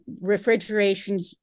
refrigeration